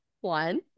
One